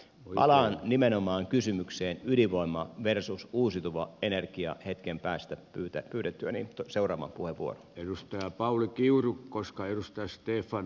palaan nimenomaan kysymykseen ydinvoima versus uusiutuva energia hetken päästä pyydettyänittu seuraava kuivua ylistää pauli kiuru koska edustaja stefan